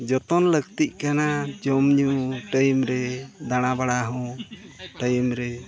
ᱡᱚᱛᱚᱱ ᱞᱟᱹᱠᱛᱤᱜ ᱠᱟᱱᱟ ᱡᱚᱢᱼᱧᱩ ᱨᱮ ᱫᱟᱬᱟᱼᱵᱟᱲᱟ ᱦᱚᱸ ᱨᱮ